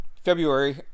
February